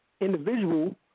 individual